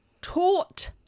taught